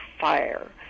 fire